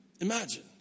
Imagine